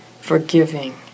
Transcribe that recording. forgiving